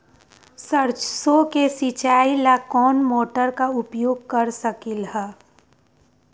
सरसों के सिचाई ला कोंन मोटर के उपयोग कर सकली ह?